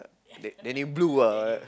Dan Danny blue ah